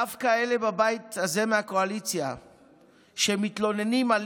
דווקא אלה בבית הזה מהקואליציה שמתלוננים על